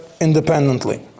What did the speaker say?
independently